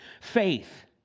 Faith